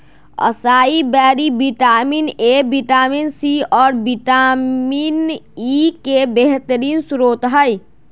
acai berry vitamin A, vitamin C, और vitamin E के बेहतरीन स्त्रोत हई